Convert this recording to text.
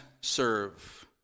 serve